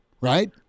right